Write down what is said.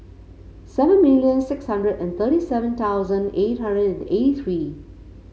seven million six hundred and thirty seven thousand eight hundred and eighty three